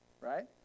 right